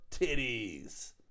titties